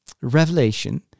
revelation